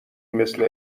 مثل